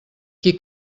qui